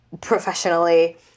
professionally